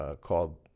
called